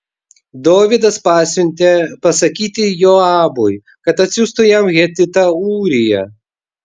dovydas pasiuntė pasakyti joabui kad atsiųstų jam hetitą ūriją